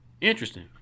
Interesting